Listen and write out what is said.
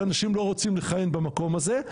שאנשים לא רוצים לכהן במקום הזה,